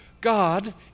God